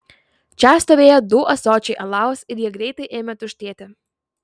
čia stovėjo du ąsočiai alaus ir jie greitai ėmė tuštėti